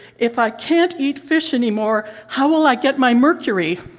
if i can't eat fish anymore, how will i get my mercury!